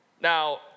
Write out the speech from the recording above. Now